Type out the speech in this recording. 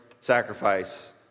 sacrifice